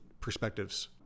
perspectives